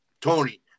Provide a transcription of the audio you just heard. Tony